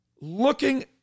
looking